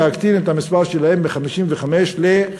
להקטין את המספר שלהם מ-55 ל-15.